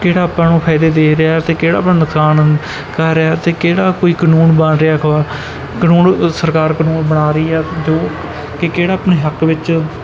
ਕਿਹੜਾ ਆਪਾਂ ਨੂੰ ਫਾਇਦੇ ਦੇ ਰਿਹਾ ਅਤੇ ਕਿਹੜਾ ਆਪਾਂ ਨੂੰ ਨੁਕਸਾਨ ਕਰ ਰਿਹਾ ਅਤੇ ਕਿਹੜਾ ਕੋਈ ਕਾਨੂੰਨ ਬਣ ਰਿਹਾ ਅਕਬਾ ਕਾਨੂੰਨ ਸਰਕਾਰ ਕਾਨੂੰਨ ਬਣਾ ਰਹੀ ਹੈ ਜੋ ਕਿ ਕਿਹੜਾ ਆਪਣੇ ਹੱਕ ਵਿੱਚ